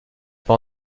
pas